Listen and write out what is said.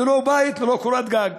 ללא בית וללא קורת גג.